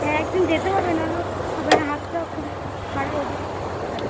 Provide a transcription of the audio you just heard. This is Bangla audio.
হ্যাঁ একদিন যেতে হবে নাহলে হবে না হাতটার খুব খারাপ অবস্থা